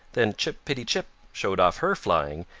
then chip-pi-ti-chip showed off her flying,